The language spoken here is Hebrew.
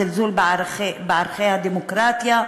זלזול בערכי הדמוקרטיה,